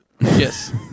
Yes